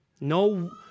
No